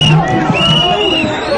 (הוועדה צופה בסרטון קצר.)